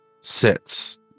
sits